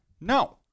No